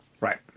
Right